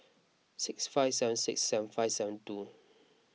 six five seven six seven five seven two